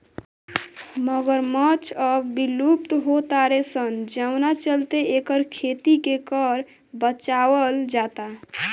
मगरमच्छ अब विलुप्त हो तारे सन जवना चलते एकर खेती के कर बचावल जाता